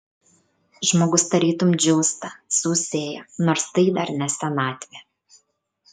žmogus tarytum džiūsta sausėja nors tai dar ne senatvė